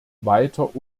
weiter